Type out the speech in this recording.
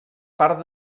part